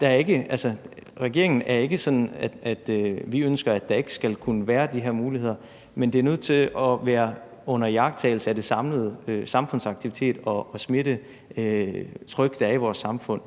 Det er ikke sådan, at regeringen ønsker, at der ikke skal kunne være de her muligheder, men det er nødt til at være under iagttagelse af de samlede samfundsaktiviteter og smittetryk, der er i vores samfund.